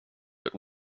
but